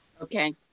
Okay